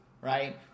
Right